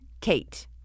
KATE